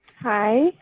Hi